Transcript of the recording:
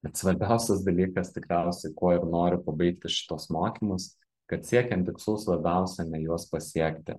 bet svarbiausias dalykas tikriausiai kuo ir noriu pabaigti šituos mokymus kad siekiant tikslų svarbiausia ne juos pasiekti